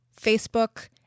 Facebook